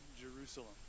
Jerusalem